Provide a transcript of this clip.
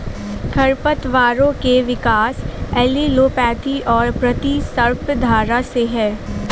खरपतवारों के विकास एलीलोपैथी और प्रतिस्पर्धा से है